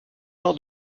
jean